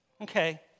Okay